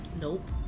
Nope